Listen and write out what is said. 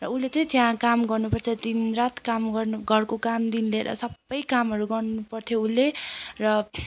र उसले चाहिँ त्यहाँ काम गर्नुपर्छ दिनरात काम गर्नु घरको कामदेखि लिएर सबै कामहरू गर्नुपर्थ्यो उसले र